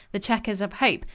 the chequers of hope,